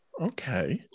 okay